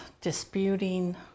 disputing